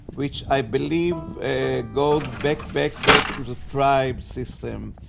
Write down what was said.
which i believe and goes back back back to the tribe system,